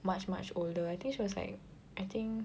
much much older I think she was like I think